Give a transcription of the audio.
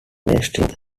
mainstream